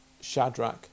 Shadrach